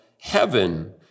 heaven